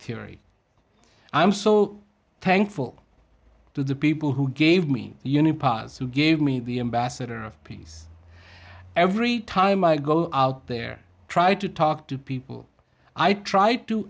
theory i'm so thankful to the people who gave me uni parts who gave me the ambassador of peace every time i go out there try to talk to people i try to